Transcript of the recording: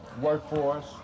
workforce